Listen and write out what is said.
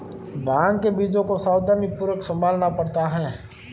भांग के बीजों को सावधानीपूर्वक संभालना पड़ता है